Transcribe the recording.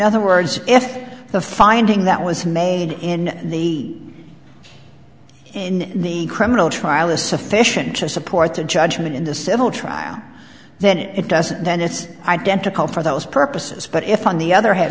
another words if the finding that was made in the in the criminal trial is sufficient to support the judgment in the civil trial then it doesn't then it's identical for those purposes but if on the other ha